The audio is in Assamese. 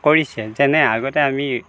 কৰিছে যেনে আগতে আমি